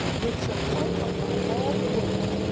which shall come upon all the world,